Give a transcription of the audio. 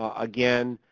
ah again,